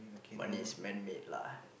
money is manmade lah